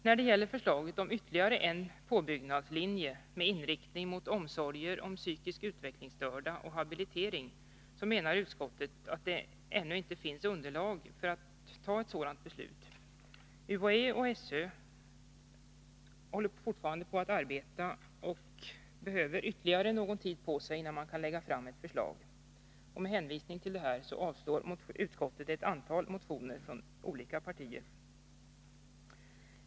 När det gäller förslaget om ytterligare en påbyggnadslinje med inriktning mot omsorger om psykiskt utvecklingsstörda och habilitering menar utskottet att det ännu inte finns underlag för ett beslut om en sådan. UHÄ och SÖ behöver ytterligare någon tid, innan de kan lägga fram ett förslag. Med hänvisning till detta avstyrker utskottet ett antal motioner från olika partier.